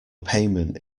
payment